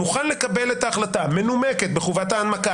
מוכן לקבל את ההחלטה מנומקת בחובת ההנמקה,